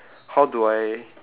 how do I